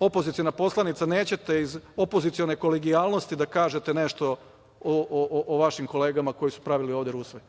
opoziciona poslanica nećete iz opozicione kolegijalnosti da kažete nešto o vašim kolegama koji su pravili ovde rusvaj,